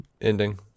ending